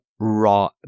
raw